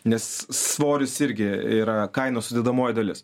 nes svoris irgi yra kainos sudedamoji dalis